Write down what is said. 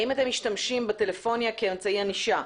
האם אתם משתמשים בטלפוניה כאמצעי ענישה?